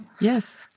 Yes